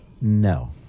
No